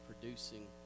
producing